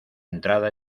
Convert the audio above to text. entrada